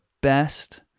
best